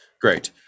Great